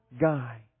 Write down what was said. guy